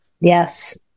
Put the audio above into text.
Yes